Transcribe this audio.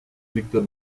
víctor